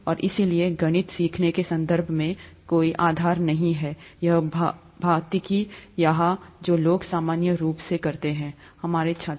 और इसलिए गणित सीखने के संदर्भ में कोई आधार नहीं है यहाँ भौतिकी यहाँ जो लोग सामान्य रूप से करते हैं हमारे छात्र